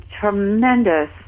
tremendous